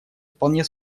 вполне